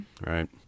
Right